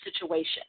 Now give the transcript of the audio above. situation